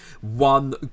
One